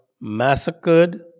massacred